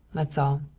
that's all.